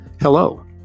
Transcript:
Hello